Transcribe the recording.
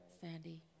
Sandy